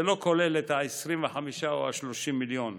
זה לא כולל את ה-25 או ה-30 מיליון,